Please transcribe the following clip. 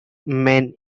main